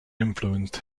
influenced